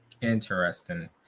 Interesting